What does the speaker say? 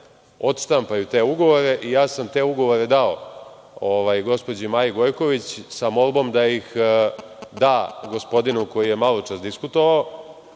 odštampaju te ugovore i dao sam ih gospođi Maji Gojković sa molbom da ih da gospodinu koji je maločas diskutovao